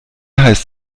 heißt